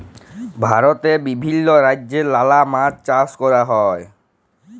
ভারতে বিভিল্য রাজ্যে লালা মাছ চাষ ক্যরা হ্যয়